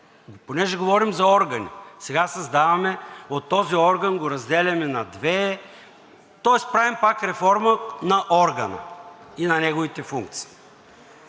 понеже говорим за органи, сега създаваме – този орган го разделяме на две, тоест правим пак реформа на органа и на неговите функции.